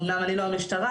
אומנם אני לא המשטרה,